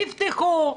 תפתחו,